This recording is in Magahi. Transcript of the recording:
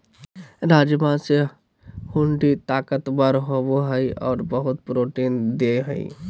राजमा से हड्डी ताकतबर होबो हइ और बहुत प्रोटीन देय हई